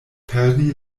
perdi